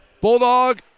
Bulldog